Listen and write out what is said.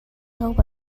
hope